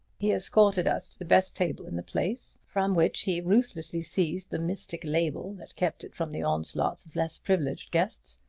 he escorted us to the best table in the place, from which he ruthlessly seized the mystic label that kept it from the onslaughts of less privileged guests.